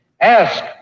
Ask